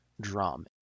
drum